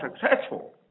successful